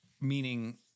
meaning